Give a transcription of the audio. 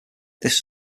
this